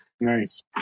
Nice